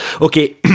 okay